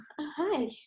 hi